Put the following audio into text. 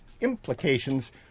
implications